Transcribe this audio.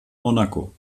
monaco